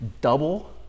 double